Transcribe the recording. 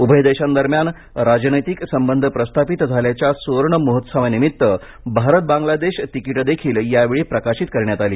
उभय देशांदरम्यान राजनैतिक संबंध प्रस्थापित झाल्याच्या सुवर्ण महोत्सवानिमित्त भारत बांग्लादेश तिकीटं देखील यावेळी प्रकाशित करण्यात आली